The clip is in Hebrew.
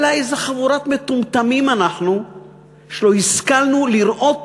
אלא איזה חבורת מטומטמים אנחנו שלא השכלנו לראות